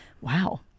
Wow